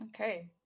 Okay